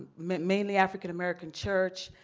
mainly african american church.